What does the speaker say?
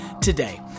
today